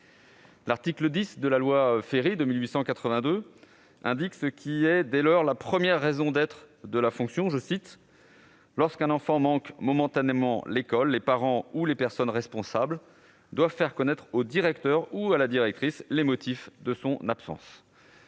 L'article 10 de la loi Ferry de 1882 indique ce qui est dès lors la première raison d'être de la fonction :« Lorsqu'un enfant manque momentanément l'école, les parents ou les personnes responsables doivent faire connaître au directeur ou à la directrice les motifs de son absence »,